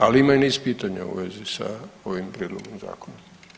Ali ima i niz pitanja u vezi sa ovim prijedlogom zakona.